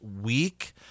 week